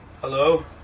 Hello